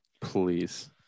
Please